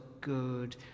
good